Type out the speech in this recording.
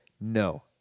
no